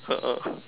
a'ah